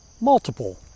multiple